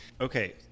Okay